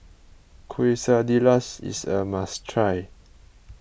Quesadillas is a must try